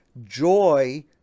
joy